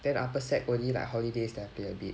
then upper sec only like holidays then I play a bit